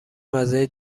مزه